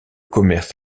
commerce